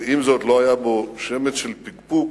ועם זאת, לא היה בו שמץ של פקפוק